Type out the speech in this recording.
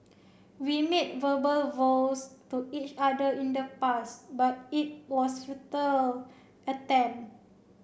we made verbal vows to each other in the past but it was futile attempt